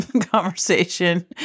conversation